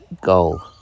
goal